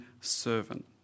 servant